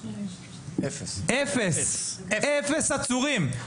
אפס עצורים.